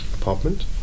apartment